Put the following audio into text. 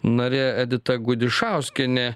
narė edita gudišauskienė